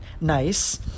nice